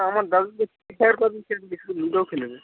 না আমার দাদু তো শুধু লুডো খেলবে